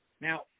Now